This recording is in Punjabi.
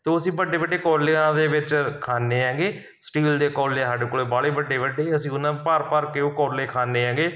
ਤੋ ਅਸੀਂ ਵੱਡੇ ਵੱਡੇ ਕੌਲਿਆਂ ਦੇ ਵਿੱਚ ਖਾਂਦੇ ਹੈਗੇ ਸਟੀਲ ਦੇ ਕੌਲੇ ਆ ਸਾਡੇ ਕੋਲ ਬਾਹਲੇ ਵੱਡੇ ਵੱਡੇ ਅਸੀਂ ਉਹਨਾਂ ਭਰ ਭਰ ਕੇ ਉਹ ਕੌਲੇ ਖਾਂਦੇ ਹੈਗੇ